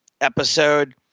episode